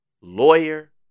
lawyer